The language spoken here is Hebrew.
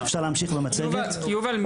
יובל,